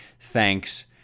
Thanks